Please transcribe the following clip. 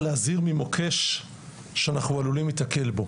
להזהיר ממוקש שאנחנו עלולים להיתקל בו,